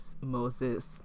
Moses